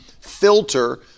filter